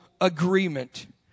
agreement